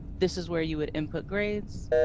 this is where you would input grades,